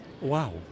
Wow